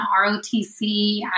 ROTC